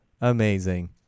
Amazing